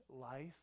life